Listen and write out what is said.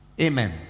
Amen